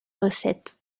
recette